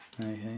Okay